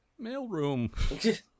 mailroom